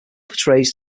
portrays